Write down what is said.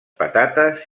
patates